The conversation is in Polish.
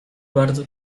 bardzo